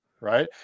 right